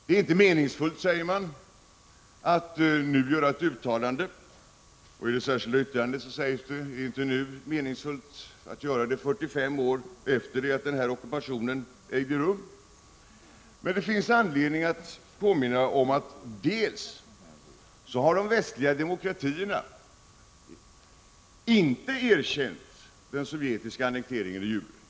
Det är inte meningsfullt, säger man, att nu göra ett uttalande. Också i det särskilda yttrandet sägs att det inte är meningsfullt att göra ett uttalande i dag, 45 år efter det att ockupationen ägde rum. Men det finns anledning att påminna om att de västliga demokratierna inte har de jure erkänt den sovjetiska annekteringen.